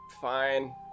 Fine